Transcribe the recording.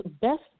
best